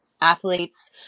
athletes